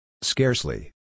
Scarcely